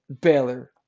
Baylor